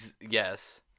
Yes